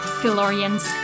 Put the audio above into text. philorians